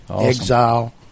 Exile